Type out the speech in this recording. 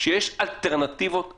כשיש אלטרנטיבות אחרות,